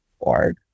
board